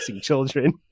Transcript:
children